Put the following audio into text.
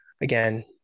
again